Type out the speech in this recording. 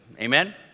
amen